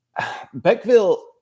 Beckville